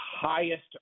highest